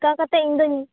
ᱪᱮᱠᱟ ᱠᱟᱛᱮ ᱤᱧᱫᱚᱹᱧ